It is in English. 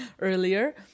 earlier